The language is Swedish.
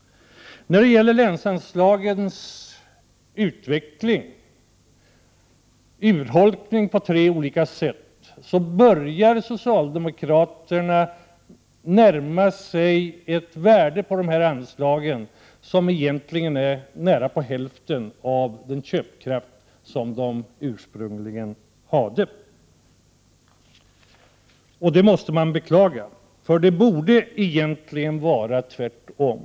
Länsanslagen har urholkats på tre olika sätt. Socialdemokraterna börjar låta dessa anslag närma sig ett värde som motsvarar knappt hälften av den köpkraft som de ursprungligen hade. Detta måste man beklaga. Det borde egentligen vara tvärtom.